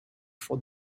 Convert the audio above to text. for